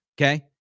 Okay